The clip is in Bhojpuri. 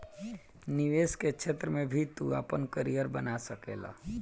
निवेश के क्षेत्र में भी तू आपन करियर बना सकेला